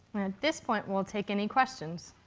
this point we'll take any questions.